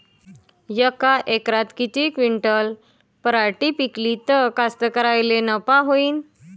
यका एकरात किती क्विंटल पराटी पिकली त कास्तकाराइले नफा होईन?